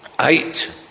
Eight